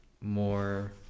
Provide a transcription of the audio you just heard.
more